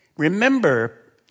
Remember